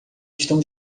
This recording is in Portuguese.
estão